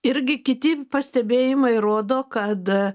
irgi kiti pastebėjimai rodo kad